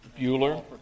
Bueller